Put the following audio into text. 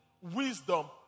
wisdom